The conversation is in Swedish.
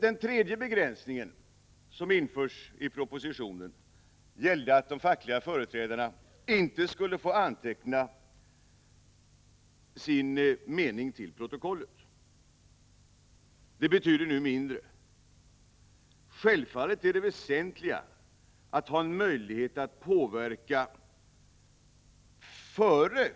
Den tredje begränsning som infördes i propositionen gällde att de fackliga företrädarna inte skulle få anteckna sin mening till protokollet. Det betyder nu mindre. Självfallet är det väsentliga att ha en möjlighet att påverka före